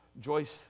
joyce